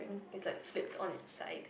is like flipped on its side